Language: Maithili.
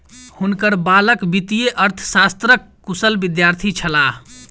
हुनकर बालक वित्तीय अर्थशास्त्रक कुशल विद्यार्थी छलाह